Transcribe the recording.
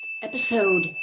Episode